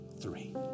Three